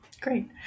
great